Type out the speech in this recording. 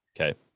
Okay